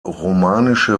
romanische